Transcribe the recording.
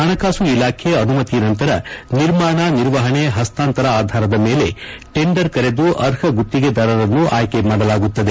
ಹಣಕಾಸು ಇಲಾಖೆ ಅನುಮತಿ ನಂತರ ನಿರ್ಮಾಣ ನಿರ್ವಹಣೆ ಹಸ್ತಾಂತರ ಆಧಾರದ ಮೇಲೆ ಟೆಂಡರ್ ಕರೆದು ಅರ್ಹ ಗುತ್ತಿಗೆದಾರರನ್ನು ಆಯ್ಲೆ ಮಾಡಲಾಗುತ್ತದೆ